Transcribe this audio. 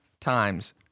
times